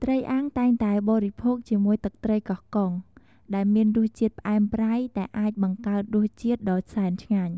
ត្រីអាំង តែងតែបរិភោគជាមួយទឹកត្រីកោះកុង ដែលមានរសជាតិផ្អែមប្រៃ ដែលអាចបង្កើតរសជាតិដ៏សែនឆ្ងាញ់។